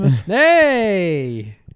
Hey